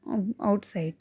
ਆ ਆਊਟਸਾਈਡ